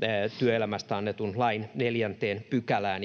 voimassa olevan lain 4 §:ään